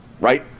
right